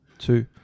Two